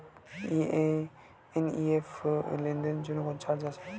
NEFT লেনদেনের জন্য কোন চার্জ আছে?